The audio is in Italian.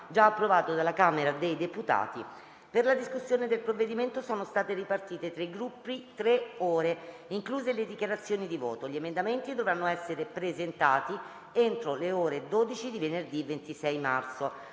già approvato dalla Camera dei Deputati. Per la discussione del provvedimento sono state ripartite fra i Gruppi tre ore, incluse le dichiarazioni di voto. Gli emendamenti dovranno essere presentati entro le ore 12 di venerdì 26 marzo.